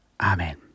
Amen